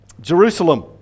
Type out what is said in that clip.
Jerusalem